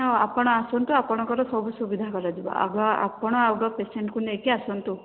ହଁ ଆପଣ ଆସନ୍ତୁ ଆପଣଙ୍କର ସବୁ ସୁବିଧା କରାଯିବ ଆଗ ଆପଣ ଆଗ ପେସେଣ୍ଟକୁ ନେଇକି ଆସନ୍ତୁ